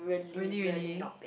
really really